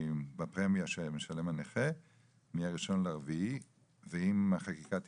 בפרמיה שמשלם הנכה ל- 50% מה- 1.4.2023. ואם החקיקה תתעכב,